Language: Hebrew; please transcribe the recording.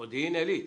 מודיעין עילית.